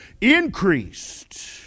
increased